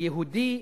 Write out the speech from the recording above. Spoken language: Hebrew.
"יהודי",